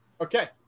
Okay